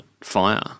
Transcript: fire